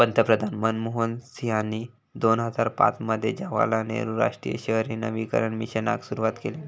पंतप्रधान मनमोहन सिंहानी दोन हजार पाच मध्ये जवाहरलाल नेहरु राष्ट्रीय शहरी नवीकरण मिशनाक सुरवात केल्यानी